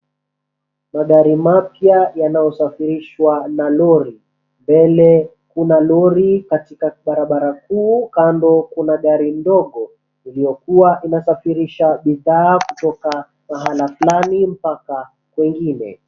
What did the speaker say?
Magari mapya yanayosafirishwa na lori. Mbele kuna lori katika ya barabara kuu kando kuna gari ndogo iliyokua inasafirisha bidhaa kutoka mahala fulani mpaka pengine.